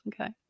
Okay